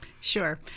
Sure